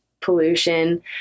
pollution